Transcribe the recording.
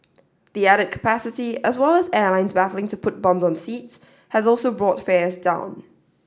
the added capacity as well as airlines battling to put bums on seats has also brought fares down